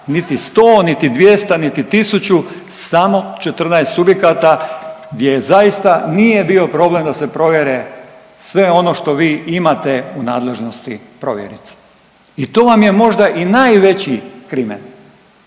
niti 100 niti 200 niti 1.000, samo 14 subjekata gdje zaista nije bio problem da se provjere sve ono što vi imate u nadležnosti provjeriti. I to vam je možda i najveći krimen.